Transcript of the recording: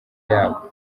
yabo